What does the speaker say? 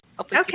okay